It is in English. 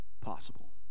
possible